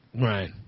Right